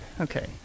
Okay